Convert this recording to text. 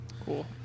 Cool